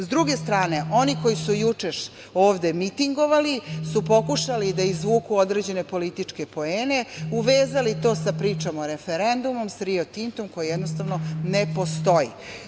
S druge strane, oni koji su juče ovde mitingovali su pokušali da izvuku određene političke poene, uvezali to sa pričom o referendumu, sa Rio Tintom, koja jednostavno ne postoji.